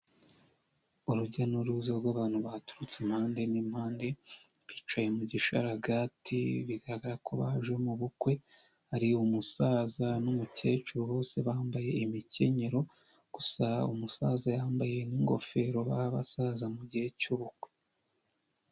Urujya n'uruza rw'abantu baturutse impande n'impande, bicaye mu gishararagati bigaragara ko baje mu bukwe, hari umusaza n'umukecuru bose bambaye imikenyero, gusa umusaza yambaye n'ingofero baha abasaza mu gihe cy'ubukwe.